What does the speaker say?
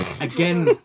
again